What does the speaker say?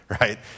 right